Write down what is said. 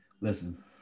Listen